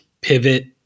pivot